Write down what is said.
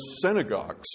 synagogues